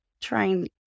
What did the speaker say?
trying